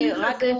אני מבינה.